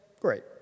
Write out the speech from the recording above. great